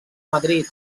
madrid